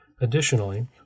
Additionally